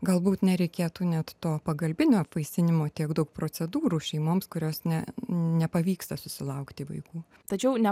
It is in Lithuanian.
galbūt nereikėtų net to pagalbinio apvaisinimo tiek daug procedūrų šeimoms kurios ne nepavyksta susilaukti vaikų tačiau ne